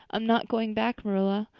i'm not going back, marilla.